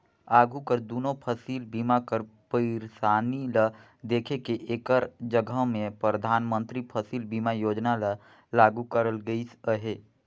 आघु कर दुनो फसिल बीमा कर पइरसानी ल देख के एकर जगहा में परधानमंतरी फसिल बीमा योजना ल लागू करल गइस अहे